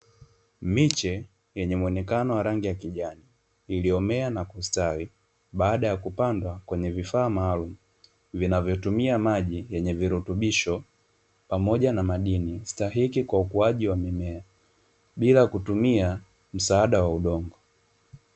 Miche yenye muonekano wa rangi ya kijani iliyomea na kustawi, baada ya kupandwa kwa kutumia maji na vifaa maluumu vyenye virutubisho bila kutumia msaada wa udongo.